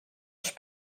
als